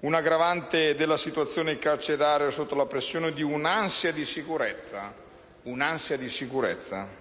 un'aggravante della situazione carceraria sotto la pressione di un'ansia di sicurezza, assecondata